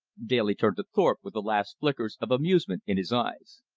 daly turned to thorpe with the last flickers of amusement in his eyes.